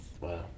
wow